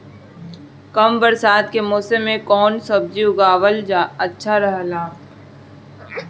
कम बरसात के मौसम में कउन सब्जी उगावल अच्छा रहेला?